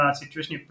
situation